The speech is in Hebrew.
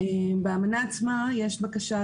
יש מקום להרחיב את הצעת החוק גם בנושא הזה.